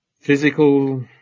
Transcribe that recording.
physical